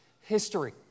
history